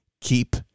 keep